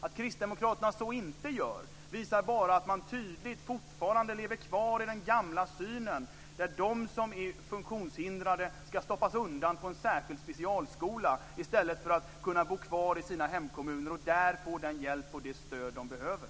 Att kristdemokraterna inte gör det visar bara tydligt att de fortfarande lever kvar i den gamla synen där de som är fuktionshindrade ska stoppas undan på en särskild specialskola i stället för att kunna bo kvar i sina hemkommuner och där få den hjälp och det stöd de behöver.